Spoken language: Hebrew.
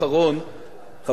חבר הכנסת בילסקי,